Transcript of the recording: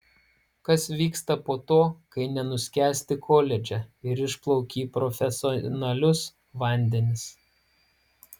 kas vyksta po to kai nenuskęsti koledže ir išplauki į profesionalius vandenis